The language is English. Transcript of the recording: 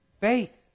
Faith